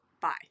Bye